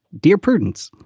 dear prudence,